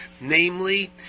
Namely